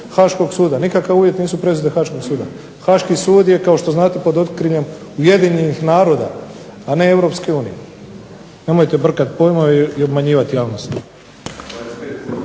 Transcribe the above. Haškog suda. Nikakav uvjet nisu presude Haškog suda. Haški sud je kao što znate pod okriljem UN-a, a ne EU. Nemojte brkati pojmove i obmanjivati javnost.